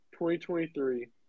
2023